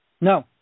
No